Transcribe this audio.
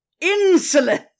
insolent